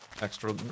extra